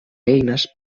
eines